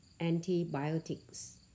antibiotics